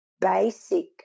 basic